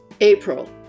April